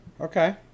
Okay